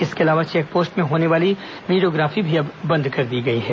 इसके अलावा check post में होने वाली वीडियोग्राफी भी अब बंद कर दी गई है